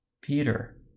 Peter